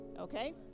okay